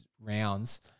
rounds